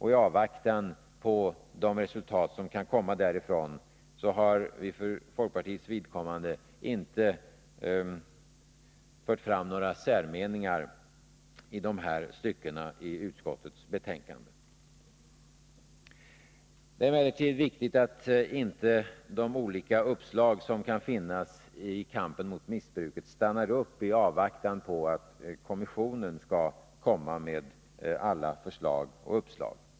I avvaktan på de resultat som kan komma har vi för folkpartiets vidkommande inte fört fram några särmeningar i utskottsbetänkandet i de här styckena. Det är emellertid viktigt att inte de olika uppslag som kan finnas när det gäller kampen mot missbruket stannar upp i avvaktan på att kommissionen skall komma med alla förslag och uppslag.